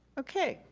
okay,